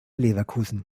leverkusen